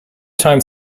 time